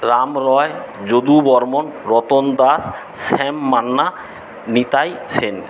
Ram Roy Jadu Barman Ratan Das Shyam Manna Nitai Sen